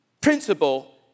principle